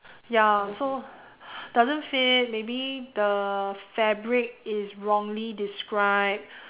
ya so doesn't fit maybe the fabric is wrongly described